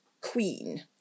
queen